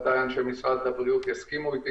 ואנשי משרד הבריאות ודאי יסכימו אתי,